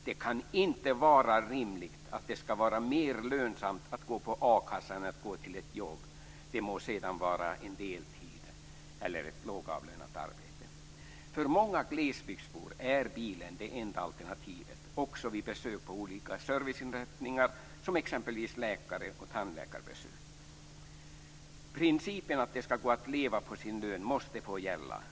Det kan inte vara rimligt att det skall vara mer lönsamt att gå på a-kassa än att gå till ett jobb. Det må sedan vara en deltidstjänst eller ett lågavlönat arbete. För många glesbygdsbor är bilen det enda alternativet också vid besök på olika serviceinrättningar, t.ex. läkar och tandläkarbesök. Principen att det skall gå att leva på sin lön måste få gälla.